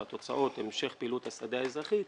שהתוצאות הן המשך פעילות השדה האזרחי,